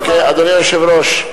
אדוני היושב-ראש,